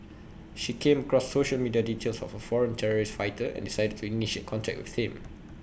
she came across social media details of A foreign terrorist fighter and decided to initiate contact with him